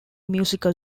musical